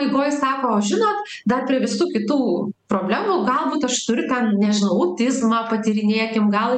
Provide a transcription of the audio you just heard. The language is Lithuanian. eigoj sako žinot dar prie visų kitų problemų galbūt aš turiu ten nežinau autizmą patyrinėkim gal